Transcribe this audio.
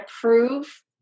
prove